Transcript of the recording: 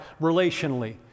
relationally